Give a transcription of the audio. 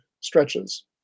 stretches